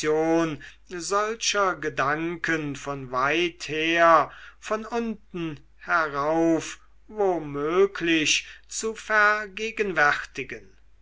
gedanken von weit her von unten herauf wo möglich zu vergegenwärtigen